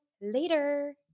later